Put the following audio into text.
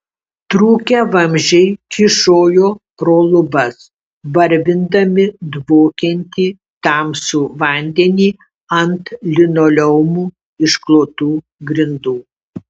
trūkę vamzdžiai kyšojo pro lubas varvindami dvokiantį tamsų vandenį ant linoleumu išklotų grindų